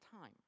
time